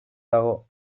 dago